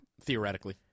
Theoretically